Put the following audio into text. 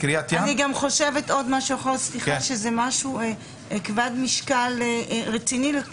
אני חושבת שזה משהו כבד משקל ורציני מדי